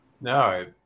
No